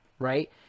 Right